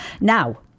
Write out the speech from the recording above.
Now